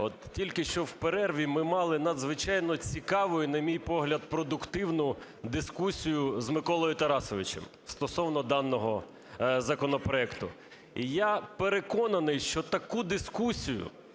тільки що в перерві ми мали надзвичайно цікаву і, на мій погляд, продуктивну дискусію з Миколою Тарасовичем стосовно даного законопроекту. І я переконаний, що таку дискусію